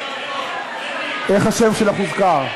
איך השם שלך הוזכר?